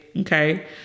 Okay